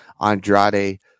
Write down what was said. Andrade